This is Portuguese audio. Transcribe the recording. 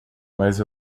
mas